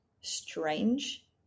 strange